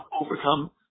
overcome